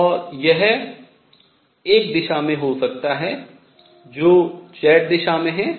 और यह एक दिशा में हो सकता है जो z दिशा में है